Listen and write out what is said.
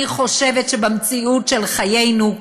אני חושבת שבמציאות של חיינו,